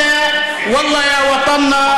הוי פחדן,